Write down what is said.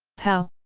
pow!